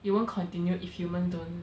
it won't continue if humans don't